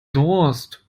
durst